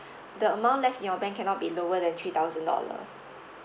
the amount left in your bank cannot be lower than three thousand dollar